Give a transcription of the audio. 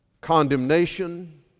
condemnation